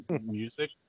music